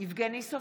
יבגני סובה,